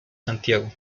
santiago